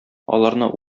аларны